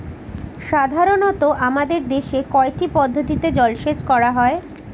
সাধারনত আমাদের দেশে কয়টি পদ্ধতিতে জলসেচ করা হয়?